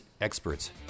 experts